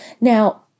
Now